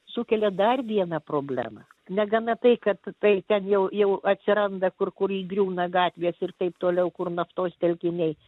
sukelia dar vieną problemą negana tai kad tai ten jau jau atsiranda kur kur įgriūna gatvės ir taip toliau kur naftos telkiniai